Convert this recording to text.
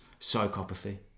psychopathy